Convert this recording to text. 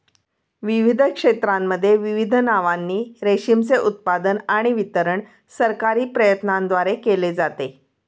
विविध क्षेत्रांमध्ये विविध नावांनी रेशीमचे उत्पादन आणि वितरण सरकारी प्रयत्नांद्वारे केले जाते